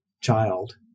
child